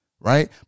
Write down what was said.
right